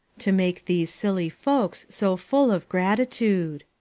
to make these silly folks so full of gratitude.